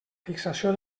fixació